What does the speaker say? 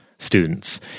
students